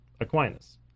Aquinas